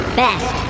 best